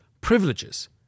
privileges